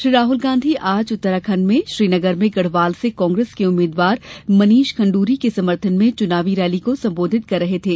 श्री राहुल गांधी आज उत्तराखंड में श्रीनगर में गढ़वाल से कांग्रेस के उम्मीदवार मनीष खंडूरी के समर्थन में चुनाव रैली को सम्बोधित कर रहे थे